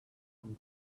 from